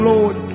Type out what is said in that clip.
Lord